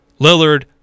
Lillard